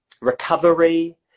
recovery